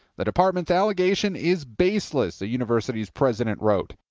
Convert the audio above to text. the department's allegation is baseless, the university's president wrote.